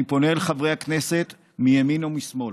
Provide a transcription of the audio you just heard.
אני פונה אל חברי הכנסת מימין ומשמאל: